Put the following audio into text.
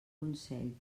consell